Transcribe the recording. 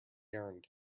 errand